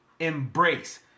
embrace